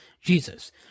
Jesus